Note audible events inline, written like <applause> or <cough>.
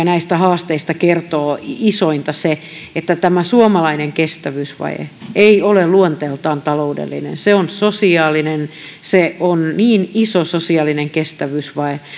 <unintelligible> näistä haasteista kertoo isointa se että tämä suomalainen kestävyysvaje ei ole luonteeltaan taloudellinen se on sosiaalinen se on niin iso sosiaalinen kestävyysvaje